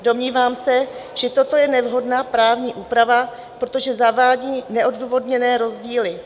Domnívám se, že toto je nevhodná právní úprava, protože zavádí neodůvodněné rozdíly.